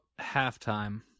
halftime